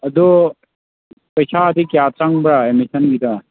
ꯑꯗꯣ ꯄꯩꯁꯥꯗꯤ ꯀꯌꯥꯝ ꯆꯪꯕ꯭ꯔꯥ ꯑꯦꯠꯃꯤꯁꯟꯒꯤꯗꯣ